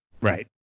Right